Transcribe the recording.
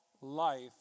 life